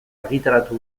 argitaratu